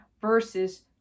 versus